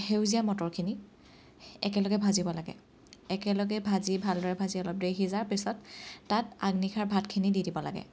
সেউজীয়া মটৰখিনি একেলগে ভাজিব লাগে একেলগে ভাজি ভালদৰে ভাজি অলপ দেৰি সিজাৰ পিচত তাত আগনিশাৰ ভাতখিনি দি দিব লাগে